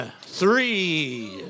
three